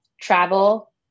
travel